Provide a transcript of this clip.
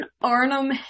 Arnhem